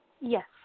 Yes